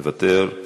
מוותר.